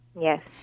Yes